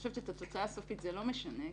את התוצאה הסופית זה לא משנה,